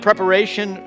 Preparation